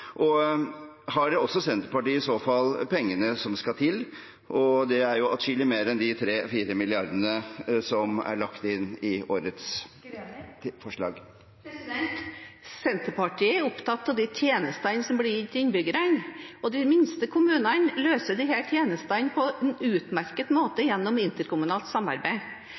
kan ivaretas også av de små kommunene i fremtiden – eller ønsker Senterpartiet å ha et mindre tjenestetilbud, færre oppgaver, i kommunene? Har Senterpartiet i så fall pengene som skal til? Det er jo atskillig mer enn de 3–4 mrd. kr som er lagt inn i årets forslag. Senterpartiet er opptatt av de tjenestene som blir gitt til innbyggerne. De minste kommunene gir disse tjenestene